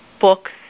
books